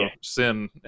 sin